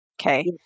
okay